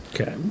okay